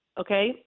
Okay